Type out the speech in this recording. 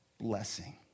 blessing